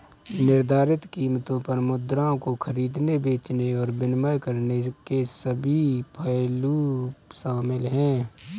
निर्धारित कीमतों पर मुद्राओं को खरीदने, बेचने और विनिमय करने के सभी पहलू शामिल हैं